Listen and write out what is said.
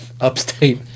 Upstate